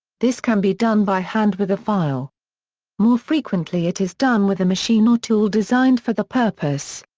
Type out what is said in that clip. this can be done by hand with a file more frequently it is done with a machine or tool designed for the purpose.